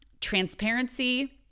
transparency